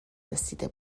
رسیده